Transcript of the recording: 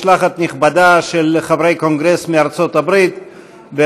נכבדה של חברי קונגרס מארצות הברית,